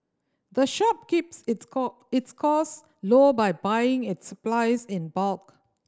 the shop keeps its call its cost low by buying its supplies in bulk